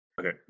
Okay